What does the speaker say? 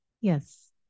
Yes